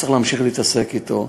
שצריך להמשיך ולהתעסק אתו.